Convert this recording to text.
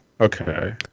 Okay